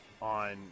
on